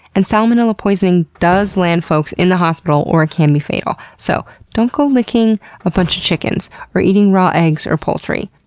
and salmonella poisoning does land folks in the hospital, or it can be fatal. so, don't go licking a bunch of chickens or eating raw eggs or poultry.